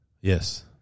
Yes